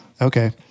Okay